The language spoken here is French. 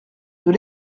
nous